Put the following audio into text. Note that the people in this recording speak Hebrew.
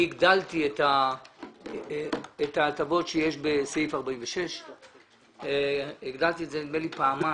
אני הגדלתי את ההטבות שיש בסעיף 46. נדמה לי שהגדלתי את זה פעמיים.